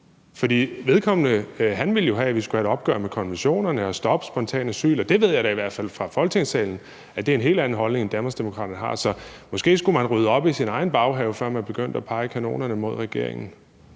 For vedkommende ville jo have, at vi skulle have et opgør med konventionerne og et stop for spontanasyl, og det ved jeg da i hvert fald fra Folketingssalen, at det er en helt anden holdning, end Danmarksdemokraterne har. Så måske skulle man rydde op i sin egen baghave, før man begyndte at rette kanonerne mod regeringen.